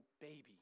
baby